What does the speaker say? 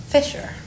Fisher